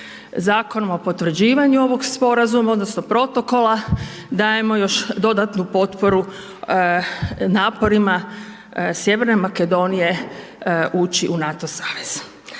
zakonom o potvrđivanju ovog sporazuma odnosno protokola dajemo još dodatnu potporu naporima Sjeverne Makedonije ući u NATO savez.